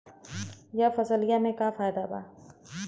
यह फसलिया में का फायदा बा?